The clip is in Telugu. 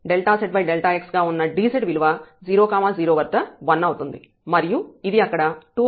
zx గా ఉన్న dz విలువ 0 0 వద్ద 1 అవుతుంది మరియు ఇది అక్కడ 2 అవుతుంది